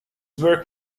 work